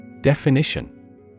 Definition